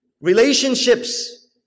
relationships